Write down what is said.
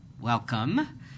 Welcome